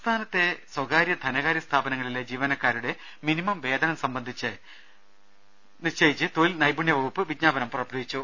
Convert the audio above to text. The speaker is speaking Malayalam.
സംസ്ഥാനത്തെ സ്വകാരൃ ധനകാരൃ സ്ഥാപനങ്ങളിലെ ജീവനക്കാരുടെ മിനിമം വേതനം നിശ്ചയിച്ച് തൊഴിൽ നൈപുണ്യ വകുപ്പ് വിജ്ഞാ പനം പുറപ്പെടുവിച്ചു